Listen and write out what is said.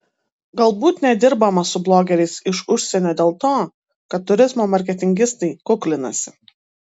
galbūt nedirbama su blogeriais iš užsienio dėl to kad turizmo marketingistai kuklinasi